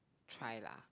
try lah